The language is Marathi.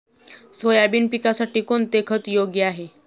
सोयाबीन पिकासाठी कोणते खत योग्य आहे?